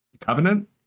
Covenant